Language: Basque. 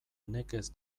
nekez